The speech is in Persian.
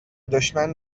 دشمن